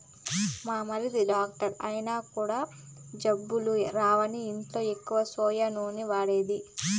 మా మరిది డాక్టర్ అయినంక జబ్బులు రావని ఇంట్ల ఎక్కువ సోయా నూనె వాడేది